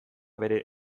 bere